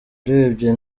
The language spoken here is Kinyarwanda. urebye